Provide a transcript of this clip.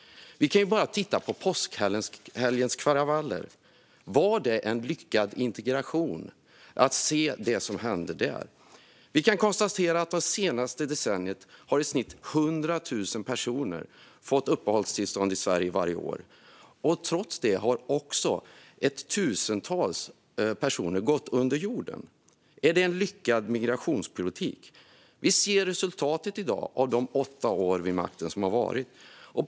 Vi kan bara titta på påskhelgens kravaller. Var det en lyckad integration vi såg hända där? Vi kan konstatera att i snitt hundratusen personer har fått uppehållstillstånd i Sverige varje år under det senaste decenniet. Trots det har också ett tusental personer gått under jorden. Är det en lyckad migrationspolitik? Vi ser resultatet i dag av de åtta gångna åren vid makten.